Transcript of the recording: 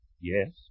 Yes